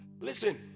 listen